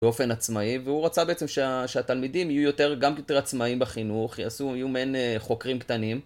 באופן עצמאי, והוא רצה בעצם שהתלמידים יהיו יותר, גם יותר עצמאיים בחינוך, יהיו מעין חוקרים קטנים.